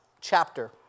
chapter